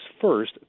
first